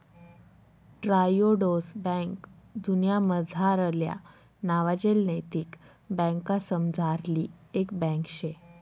Triodos bank दुन्यामझारल्या नावाजेल नैतिक बँकासमझारली एक बँक शे